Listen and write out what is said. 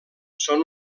són